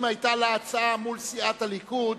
אם היתה לה הצעה מול סיעת הליכוד,